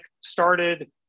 started